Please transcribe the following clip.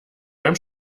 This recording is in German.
beim